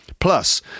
Plus